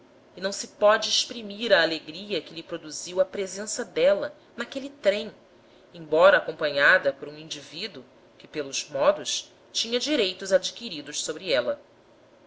e não se pode exprimir a alegria que lhe produziu a presença dela naquele trem embora acompanhada por um indivíduo que pelos modos tinha direitos adquiridos sobre ela